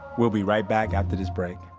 we'll be right back after this break